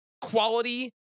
quality